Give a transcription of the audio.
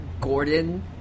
Gordon